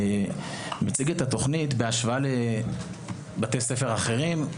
מציג את התוכנית בהשוואה לבתי ספר אחרים,